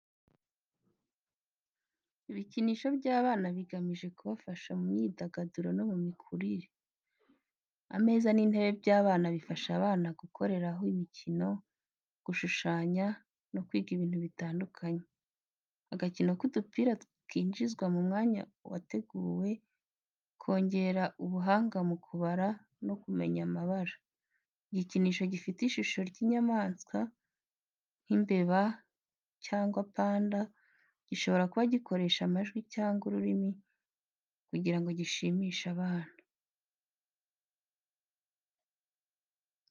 Ibikinisho by’abana bigamije kubafasha mu myidagaduro no mu mikurire. Ameza n’intebe by’abana bifasha abana gukoreraho imikino, gushushanya no kwiga ibintu bitandukanye. Agakino k’udupira twinjizwa mu mwanya wateguwe kongera ubuhanga mu kubara no kumenya amabara. Igikinisho gifite ishusho y’inyamaswa, nk’imbeba cyangwa panda, gishobora kuba gikoresha amajwi cyangwa urumuri kugira ngo gishimishe abana.